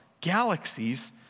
Galaxies